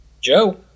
Joe